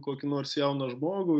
kokį nors jauną žmogų